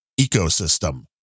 ecosystem